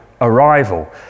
Arrival